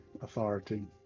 authority